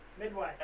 Midway